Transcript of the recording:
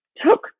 took